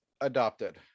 adopted